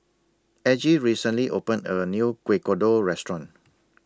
Aggie recently opened A New Kuih Kodok Restaurant